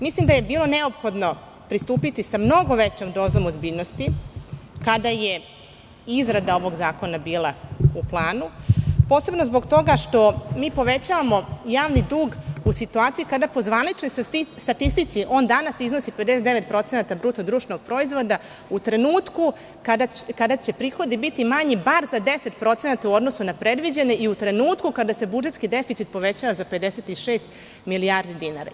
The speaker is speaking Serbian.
Mislim da je bilo neophodno pristupiti sa mnogo većom dozom ozbiljnositi kada je izrada ovog zakona bila u planu, posebno zbog toga što mi povećavamo javni dug u situaciji kada po zvaničnoj statistici on danas iznosi 59% BDP u trenutku kada će prihodi biti manji bar za 10% u odnosu na predviđene u trenuktu kada se budžetski deficit povećava za 56 milijardi dinara.